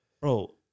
Bro